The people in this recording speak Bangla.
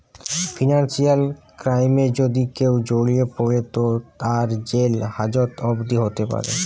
ফিনান্সিয়াল ক্রাইমে যদি কেও জড়িয়ে পড়ে তো তার জেল হাজত অবদি হোতে পারে